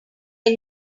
are